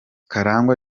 karangwa